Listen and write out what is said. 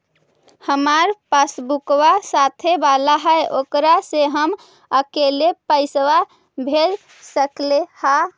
हमार पासबुकवा साथे वाला है ओकरा से हम अकेले पैसावा भेज सकलेहा?